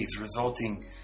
resulting